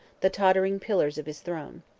the tottering pillars of his throne.